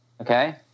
Okay